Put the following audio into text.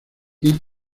hip